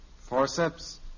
Forceps